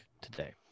today